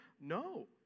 no